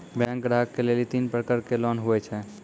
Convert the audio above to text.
Bank ग्राहक के लेली तीन प्रकर के लोन हुए छै?